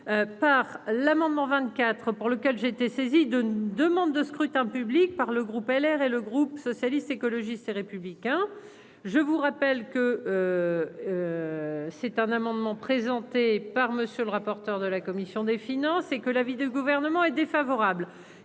par l'amendement 24 pour lequel j'ai été saisi d'une demande de scrutin public par le groupe LR et le groupe socialiste, écologiste et républicain, je vous rappelle que. C'est un amendement présenté par monsieur le rapporteur de la commission des. Sinon, et que l'avis du Gouvernement est défavorable,